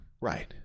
Right